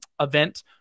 event